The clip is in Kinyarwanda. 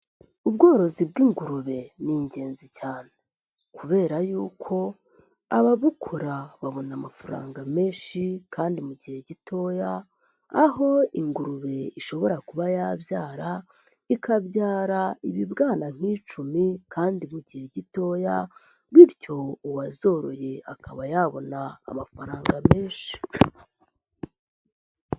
Ubworozi bw'ingurube ni ingenzi cyane, kubera yuko ababukora babona amafaranga menshi kandi mu gihe gitoya, aho ingurube ishobora kuba yabyara, ikabyara ibibwana nk'icumi, kandi mu gihe gitoya bityo uwazoroye akaba yabona amafaranga menshi.